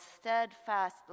steadfast